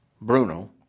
Bruno